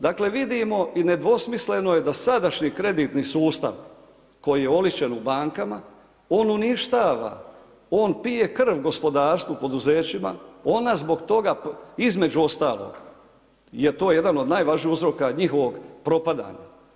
Dakle vidimo i nedvosmisleno je da sadašnji kreditni sustav koji je oličen u bankama, on uništava, on pije krv gospodarstvu, poduzećima, ona zbog toga između ostalog je to jedan od najvažnijih uzorka njihovog propadanja.